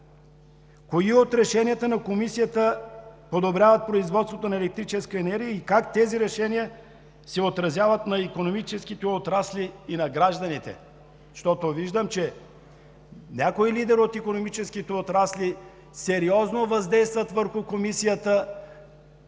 Кои от решенията на Комисията подобряват производството на електрическата енергия и как тези решения се отразяват на икономическите отрасли и на гражданите? Защото виждам, че някои лидери от икономическите отрасли сериозно въздействат върху Комисията,